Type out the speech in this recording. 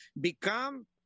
Become